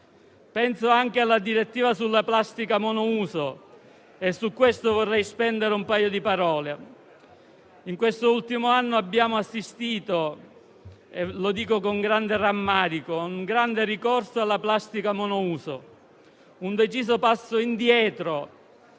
Penso poi alla direttiva sulla plastica monouso, su cui vorrei spendere alcune riflessioni. In quest'ultimo anno abbiamo assistito - lo dico con grande rammarico - a un notevole ricorso alla plastica monouso: un deciso passo indietro